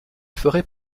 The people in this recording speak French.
ferait